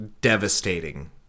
devastating